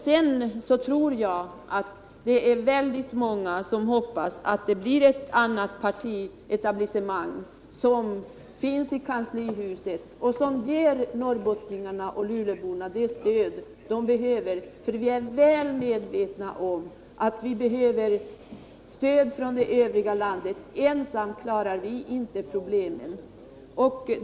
Sedan tror jag att det är väldigt många som hoppas att det blir ett annat partietablissemang i kanslihuset som ger norrbottningarna och luleåborna det stöd som vi behöver. Vi är väl medvetna om att vi behöver stöd från det övriga landet. Ensamma klarar vi inte problemen.